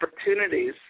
opportunities